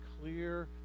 clear